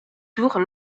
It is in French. tour